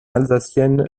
alsacienne